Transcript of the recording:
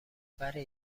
ولی